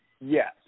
Yes